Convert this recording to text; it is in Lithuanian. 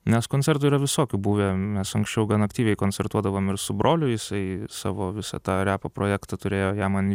nes koncertų yra visokių buvę mes anksčiau gan aktyviai koncertuodavom ir su broliu jisai savo visą tą repo projektą turėjo ją man